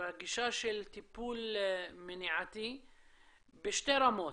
בגישה של טיפול מניעתי בשתי רמות,